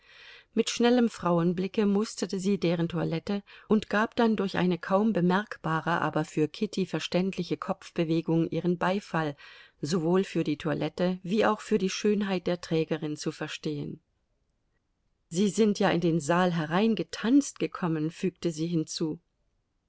mit schnellem frauenblicke musterte sie deren toilette und gab dann durch eine kaum bemerkbare aber für kitty verständliche kopfbewegung ihren beifall sowohl für die toilette wie auch für die schönheit der trägerin zu verstehen sie sind ja in den saal hereingetanzt gekommen fügte sie hinzu